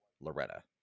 Loretta